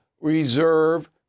reserve